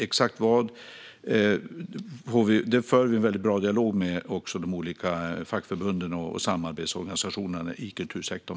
Exakt vad som ska göras för vi en bra dialog om, också med de olika fackförbunden och samarbetsorganisationerna i kultursektorn.